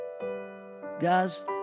Guys